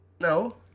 No